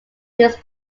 this